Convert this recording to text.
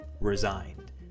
resigned